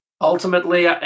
Ultimately